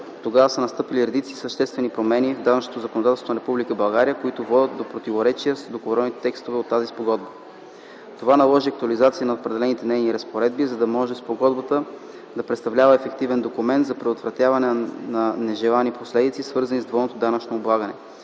Оттогава са настъпили редица съществени промени в данъчното законодателство на Република България, които водят до противоречия с договорени текстове от тази спогодба. Това наложи актуализация на определени нейни разпоредби, за да може спогодбата да представлява ефективен инструмент за преодоляване на нежеланите последици, свързани с двойното данъчно облагане.